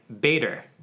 Bader